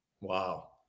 Wow